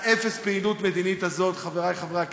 האפס פעילות מדינית הזה, חברי חברי הכנסת,